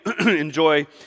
enjoy